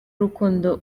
urukundo